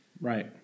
Right